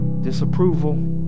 disapproval